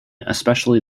especially